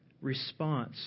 response